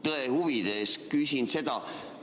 Tõe huvides küsin seda,